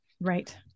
Right